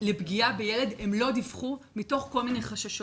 לפגיעה בילד, הם לא דיווחו מתוך כל מיני חששות.